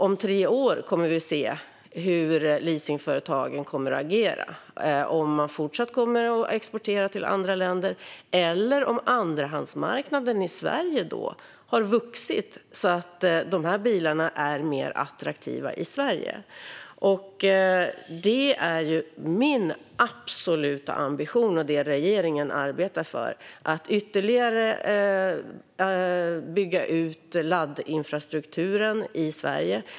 Om tre år kommer vi att se hur dessa företag kommer att agera och huruvida de fortsatt kommer att exportera till andra länder. Kanske har andrahandsmarknaden i Sverige då vuxit så att bilarna är mer attraktiva i Sverige. Min absoluta ambition och det regeringen arbetar för är att ytterligare bygga ut laddinfrastrukturen i Sverige.